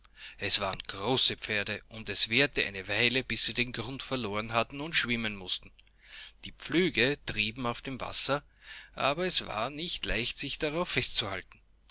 es waren große pferde und es währte eine weile bis sie den grund verlorenhattenundschwimmenmußten diepflügetriebenaufdemwasser aber es war nicht leicht sich darauf festzuhalten